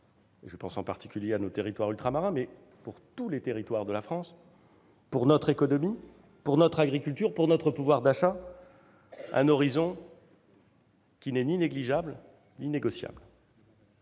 je pense en particulier à nos territoires ultramarins, mais cela vaut pour tous les territoires de la France -, pour notre économie, pour notre agriculture, pour notre pouvoir d'achat, un horizon qui n'est ni négligeable ni négociable.